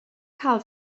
cael